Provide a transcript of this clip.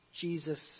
Jesus